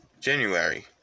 January